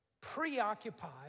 preoccupied